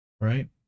Right